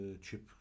chip